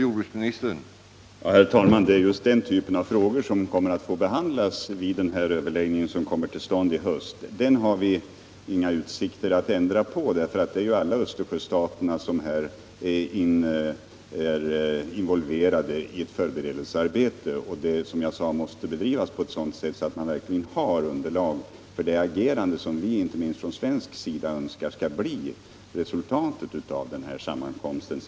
Herr talman! Det är just den typen av frågor som skall behandlas vid den överläggning som kommer till stånd i höst. Tidpunkten har vi inga utsikter att ändra på: alla Östersjöstaterna är involverade i förberedelsearbetet och det måste, som jag redan sagt, bedrivas på ett sådant sätt att man verkligen får ett underlag för de åtgärder som vi från svensk sida önskar skall bli resultatet av sammankomsten.